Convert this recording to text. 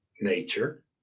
nature